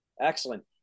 excellent